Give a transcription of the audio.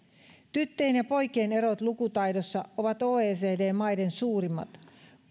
tyttöjen ja poikien erot lukutaidossa ovat oecd maiden suurimmat